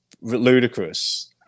ludicrous